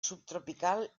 subtropical